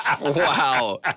Wow